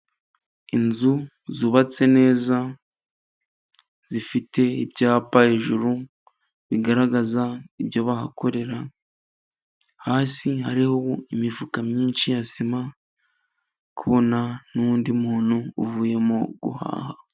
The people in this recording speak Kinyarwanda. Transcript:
Inzu zubatse neza zifite ibyapa hejuru bigaragaza ibyo bahakorera, hasi hariho imifuka myinshi ya sima kubona n'undi muntu uvuyemo guhaha.